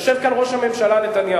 יושב כאן ראש הממשלה נתניהו,